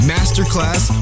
Masterclass